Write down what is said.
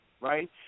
right